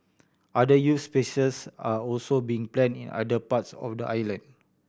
other youth spacious are also being planned in other parts of the island